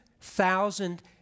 thousand